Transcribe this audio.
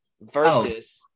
versus